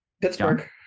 pittsburgh